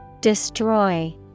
Destroy